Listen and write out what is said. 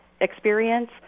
experience